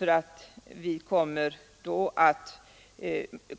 Man kommer då att